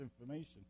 information